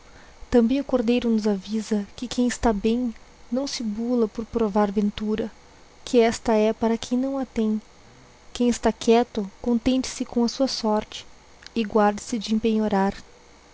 também o cordeiro nos avisa que quem está bem jf naõ se bula por provar ventura que esta he para quem naõ a tem quem está quieto contente se com j a sua sorte e guarde-se de